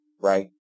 right